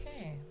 Okay